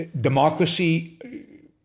democracy